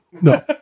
No